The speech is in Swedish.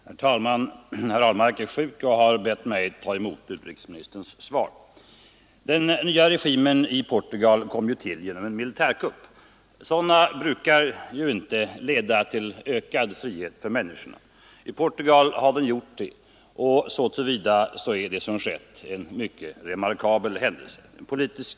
Herr talman! Herr Ahlmark är sjuk och har bett mig ta emot utrikesministerns svar. Den nya regimen i Portugal kom till genom en militärkupp. Sådana brukar ju inte leda till ökad frihet för människorna. I Portugal har kuppen gjort det, och så till vida är det som skett en mycket remarkabel händelse.